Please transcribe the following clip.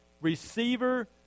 receiver